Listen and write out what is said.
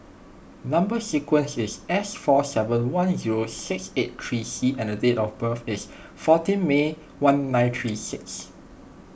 Number Sequence is S four seven one zero six eight three C and date of birth is fourteen May one nine three six